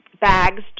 bags